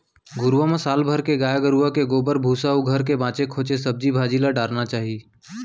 घुरूवा म साल भर गाय गरूवा के गोबर, भूसा अउ घर के बांचे खोंचे सब्जी भाजी ल डारना चाही